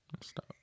Stop